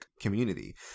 community